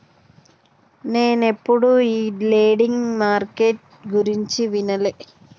నేనెప్పుడు ఈ lending market గురించి వినలే